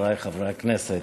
חבריי חברי הכנסת,